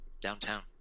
downtown